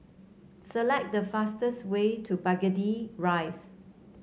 select the fastest way to Burgundy Rise